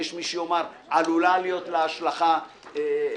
יש מי שיאמר: עלולה להיות לה השלכה לעניין.